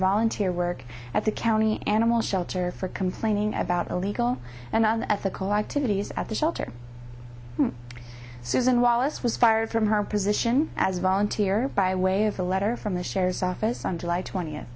volunteer work at the county animal shelter for complaining about illegal and on the ethical activities at the shelter susan wallace was fired from her position as a volunteer by way of a letter from the shares sophos on july twentieth